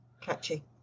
Catchy